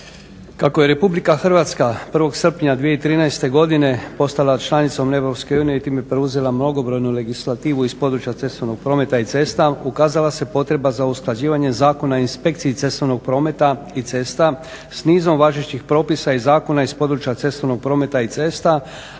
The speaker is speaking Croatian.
Kako je RH 1. srpnja 2013. godine postala članicom EU i time preuzela mnogobrojnu legislativu iz područja cestovnog prometa i cesta, ukazala se potreba za usklađivanje Zakona o inspekciji cestovnog prometa i cesta, s nizom važećih propisa i zakona iz područja cestovnog prometa i cesta,